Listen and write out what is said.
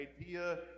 idea